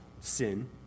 sin